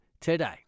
today